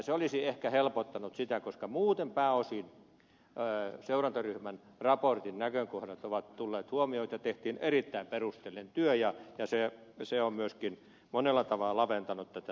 se olisi ehkä helpottanut sitä koska muuten pääosin seurantaryhmän raportin näkökohdat ovat tulleet huomioon otetuiksi ja tehtiin erittäin perusteellinen työ ja se on myöskin monella tavalla laventanut tätä